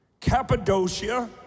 Cappadocia